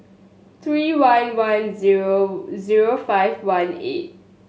three one one zero zero five one eight